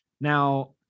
Now